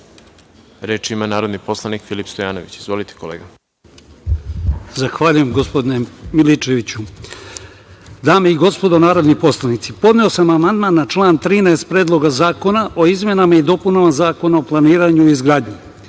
reč? Reč ima narodni poslanik Filip Stojanović. Izvolite, kolega. **Filip Stojanović** Zahvaljujem, gospodine Milićeviću. Dame i gospodo narodni poslanici, podneo sam amandman na član 13. Predloga zakona o izmenama i dopunama Zakona o planiranju i izgradnji.